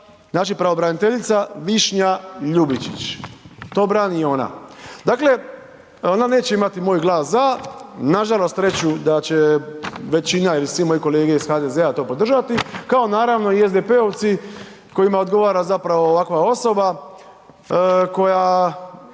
znači pravobraniteljica Višnja Ljubičić, to brani ona. Dakle, ona neće imati moj glas za, nažalost reću da će većina ili svi moji kolege iz HDZ-a to podržati, kao naravno i SDP-ovci kojima odgovara zapravo ovakva osoba koja